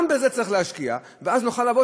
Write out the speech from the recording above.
גם בזה צריך להשקיע, ואז נוכל לבוא